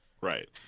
Right